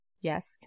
Yes